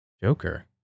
Joker